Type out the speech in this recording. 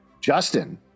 Justin